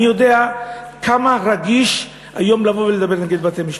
אני יודע כמה רגיש היום לבוא ולדבר נגד בתי-משפט.